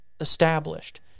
established